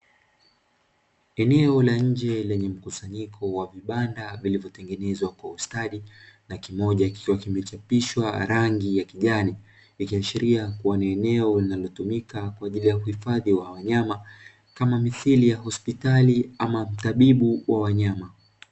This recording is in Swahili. Eneo la nje lenye mkusanyiko wa vibanda vilivyotengenezwa kwa ustadi na kimoja kikiwa kimechapishwa rangi ya kijani, ikiashiria kuwa ni eneo linalotumika kwa ajili ya kuhifadhi wa wanyama kama mithili ya hospitali ama tabibu wa wanyama.